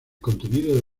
contenido